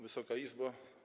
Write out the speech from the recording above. Wysoka Izbo!